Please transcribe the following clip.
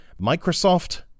Microsoft